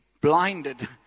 blinded